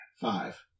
Five